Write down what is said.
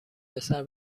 پسر